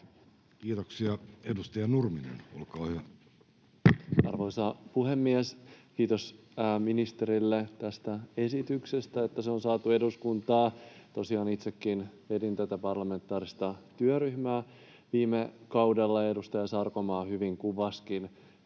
muuttamisesta Time: 14:58 Content: Arvoisa puhemies! Kiitos ministerille tästä esityksestä, siitä, että se on saatu eduskuntaan. Tosiaan itsekin vedin tätä parlamentaarista työryhmää viime kaudella. Edustaja Sarkomaa hyvin kuvasikin